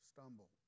stumble